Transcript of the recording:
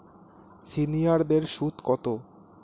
সিনিয়ারদের সুদ কত?